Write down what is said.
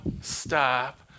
stop